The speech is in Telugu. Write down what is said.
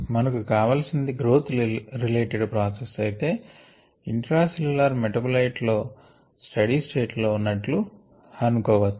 మనకు కావలసినది గ్రోత్ రిలేటెడ్ ప్రాసెస్ అయితే intracellular metabolite steady state లో ఉన్నట్లు అనుకోవచ్చు